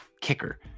kicker